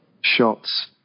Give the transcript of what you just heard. shots